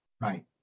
Right